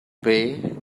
bay